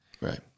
Right